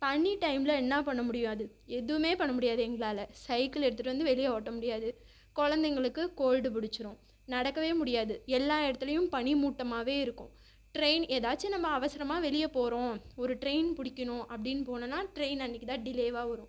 பனி டைமில் என்ன பண்ண முடியாது எதுவுமே பண்ண முடியாது எங்களால் சைக்கிளு எடுத்துகிட்டு வந்து வெளியே ஓட்ட முடியாது குழந்தைங்களுக்கு கோல்டு பிடிச்சிரும் நடக்கவே முடியாது எல்லா இடத்துலையும் பனி மூட்டமாகவே இருக்கும் ட்ரெயின் ஏதாச்சு நம்ம அவசரமாக வெளியே போகிறோம் ஒரு ட்ரெயின் பிடிக்கணும் அப்படின்னு போனன்னா ட்ரெயின் அன்றைக்கி தான் டிலேவாக வரும்